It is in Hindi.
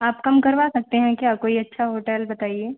आप कम करवा सकते हैं क्या कोई अच्छा होटल बताइए